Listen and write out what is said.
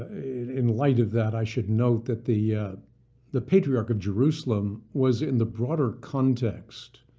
in light of that i should note that the the patriarch of jerusalem was in the broader context.